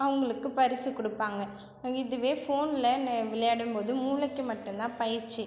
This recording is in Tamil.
அவங்களுக்கு பரிசு கொடுப்பாங்க இதுவே ஃபோனில் ந விளையாடும் போது மூளைக்கு மட்டுந்தான் பயிற்சி